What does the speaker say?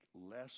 less